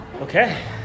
Okay